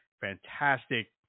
fantastic